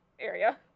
area